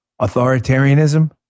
Authoritarianism